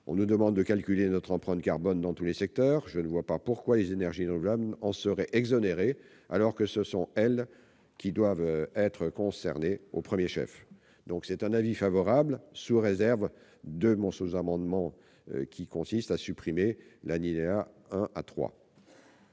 On nous demande de calculer notre empreinte carbone dans tous les secteurs. Je ne vois pas pourquoi les énergies renouvelables en seraient exonérées, alors que ce sont elles qui doivent être concernées au premier chef. L'avis est favorable, sous réserve de l'adoption de mon sous-amendement, qui tend à supprimer les alinéas 1 à 3.